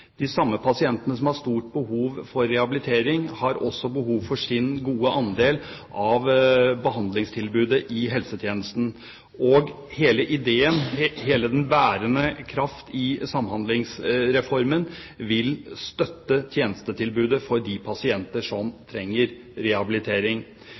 De samme pasientene som har stort behov for rehabilitering, har også behov for sin gode andel av behandlingstilbudet i helsetjenesten. Hele ideen, hele den bærende kraft i Samhandlingsreformen, vil støtte tjenestetilbudet for de pasienter